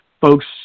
folks